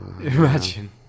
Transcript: Imagine